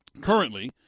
Currently